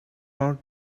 not